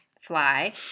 fly